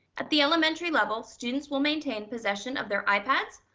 at the elementary level, students will maintain possession of their ipads.